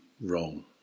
wrong